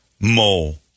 mole